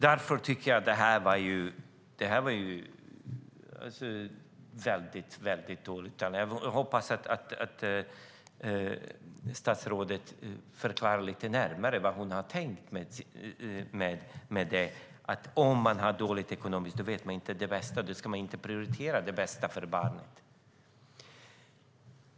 Därför tycker jag att det här är väldigt dåligt. Jag hoppas att statsrådet förklarar lite närmare vad hon har tänkt med att man om man har det lite dåligt ekonomiskt inte vet vad som är det bästa för barnen och prioriterar inte det bästa för barnen.